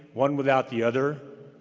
one without the other,